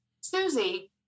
Susie